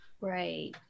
Right